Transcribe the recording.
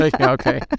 Okay